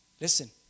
listen